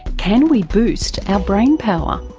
can we boost our brain power?